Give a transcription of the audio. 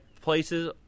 places